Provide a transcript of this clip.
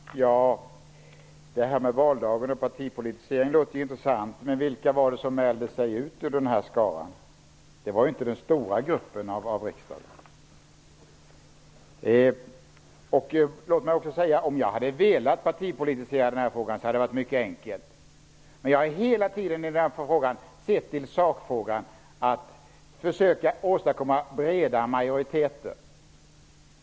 Fru talman! Det här med valdagen och en partipolitisering låter intressant. Men vilka var det som mälde sig ut ur denna skara? Det var inte den stora delen av riksdagen. Om jag hade velat partipolitisera denna fråga hade det varit mycket enkelt, men jag har hela tiden sett till sakfrågan och till att försöka åstadkomma breda majoriteter.